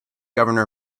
governor